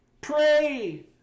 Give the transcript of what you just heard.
pray